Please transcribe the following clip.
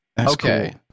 Okay